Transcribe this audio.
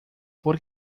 por